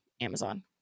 Amazon